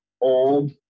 old